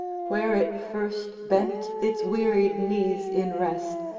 where it first bent its wearied knees in rest,